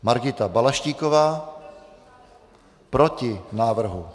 Margita Balaštíková: Proti návrhu.